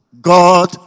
God